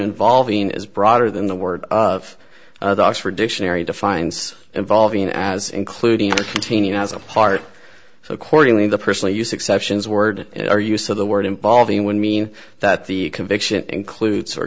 involving is broader than the word of the oxford dictionary defines involving as including continue as a part so accordingly the personally use exceptions word or use of the word involving would mean that the conviction includes or